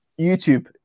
youtube